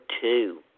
two